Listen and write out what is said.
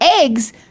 eggs